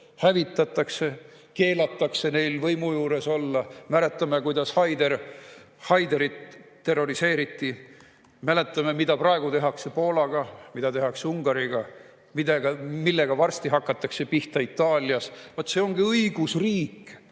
Hävitatakse, keelatakse neil võimu juures olla. Mäletame, kuidas Haiderit terroriseeriti. Mäletame, mida praegu tehakse Poolaga, mida tehakse Ungariga, millega varsti hakatakse pihta Itaalias. Vot see ongi õigusriik